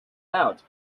out